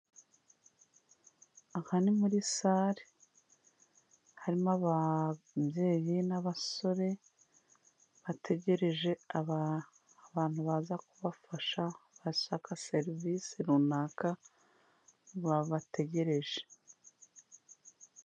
Aha ni muri sale, harimo ababyeyi n'abasore, bategereje abantu baza kubafasha bashaka serivisi runaka babategereje.